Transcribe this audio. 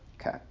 Okay